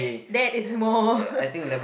that is more